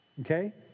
Okay